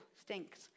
stinks